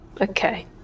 Okay